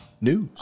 news